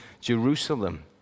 Jerusalem